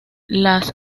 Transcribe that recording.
las